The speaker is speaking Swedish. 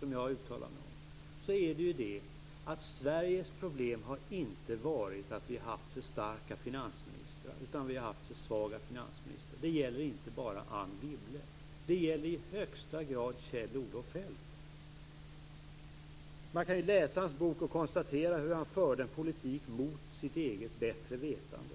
som jag uttalade mig om, har Sveriges problem inte varit att vi har haft för starka finansministrar utan att vi har haft för svaga finansministrar. Det gäller inte bara Anne Wibble. Det gäller i högsta grad Kjell-Olof Feldt. Man kan ju läsa hans bok och konstatera hur han förde en politik mot sitt eget bättre vetande.